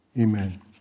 Amen